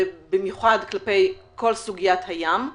ובמיוחד כלפי כל סוגיית הים.